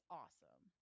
awesome